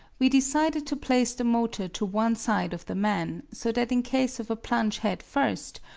we decided to place the motor to one side of the man, so that in case of a plunge headfirst,